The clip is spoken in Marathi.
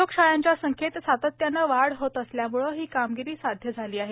प्रयोगशाळांच्या संख्येत सातत्याने वाढ होत असल्यामुळे ही कामगिरी साध्य झाली आहे